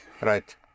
Right